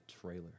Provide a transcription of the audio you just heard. trailer